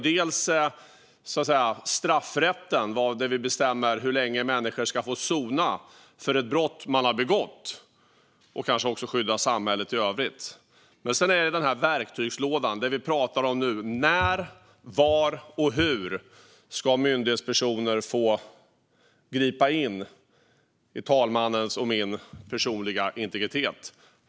Dels har vi straffrätten, som bestämmer hur länge människor ska sona ett brott de begått och kanske också skyddar samhället i övrigt. Dels har vi verktygslådan som vi pratar om nu: När, var och hur ska myndighetspersoner få gripa in i till exempel talmannens och min personliga integritet?